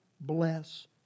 bless